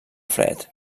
fred